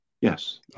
Yes